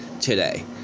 today